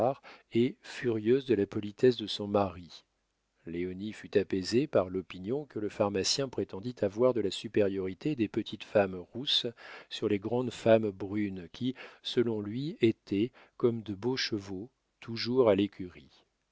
et furieuse de la politesse de son mari léonie fut apaisée par l'opinion que le pharmacien prétendit avoir de la supériorité des petites femmes rousses sur les grandes femmes brunes qui selon lui étaient comme de beaux chevaux toujours à l'écurie